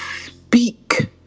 speak